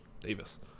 Davis